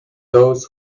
those